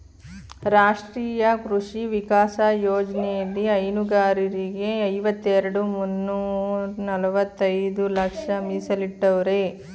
ರಾಷ್ಟ್ರೀಯ ಕೃಷಿ ವಿಕಾಸ ಯೋಜ್ನೆಲಿ ಹೈನುಗಾರರಿಗೆ ಐವತ್ತೆರೆಡ್ ಮುನ್ನೂರ್ನಲವತ್ತೈದು ಲಕ್ಷ ಮೀಸಲಿಟ್ಟವ್ರೆ